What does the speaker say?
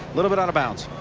little but out of bounds.